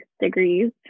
degrees